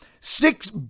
Six